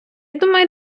думаю